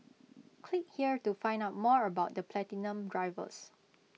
click here to find out more about the platinum drivers